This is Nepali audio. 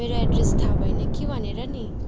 मेरो एड्रेस थाहा भएन कि भनेर नि